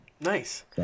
Nice